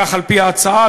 כך על-פי ההצעה,